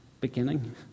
beginning